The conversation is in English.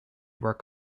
work